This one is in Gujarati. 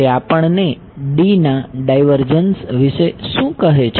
તે આપણને D ના ડાઈવર્જન્સ વિશે શું કહે છે